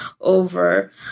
over